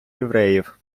євреїв